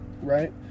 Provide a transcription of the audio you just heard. right